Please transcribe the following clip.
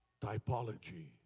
Typology